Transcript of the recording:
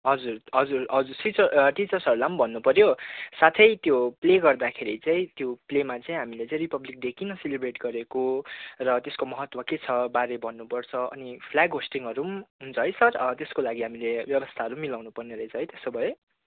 हजुर हजुर हजुर टिचर्स टिचर्सहरूलाई भन्नु पर्यो साथै त्यो प्ले गर्दाखेरि चाहिँ त्यो प्लेमा चाहिँ हामीले चाहिँ रिपब्लिक डे किन सेलिब्रेट गरेको र त्यसको महत्त्व के छ बारे भन्नु पर्छ अनि फ्ल्याग होस्टिङहरू हुन्छ है सर त्यसको लागि हामीले व्यवस्थाहरू मिलाउनु पर्ने रहेछ है त्यसो भए